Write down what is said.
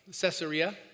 Caesarea